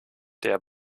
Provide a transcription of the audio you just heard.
der